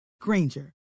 Granger